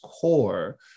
core